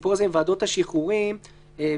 הסיפור הזה עם ועדות השחרורים והאולמות.